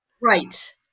Right